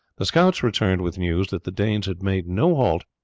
the scouts returned with news that the danes had made no halt,